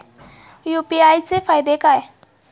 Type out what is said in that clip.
UPI चे फायदे काय?